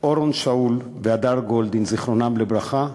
אורון שאול והדר גולדין, זיכרונם לברכה,